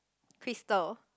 Crystal